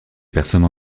personnes